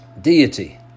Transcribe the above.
deity